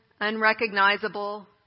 unrecognizable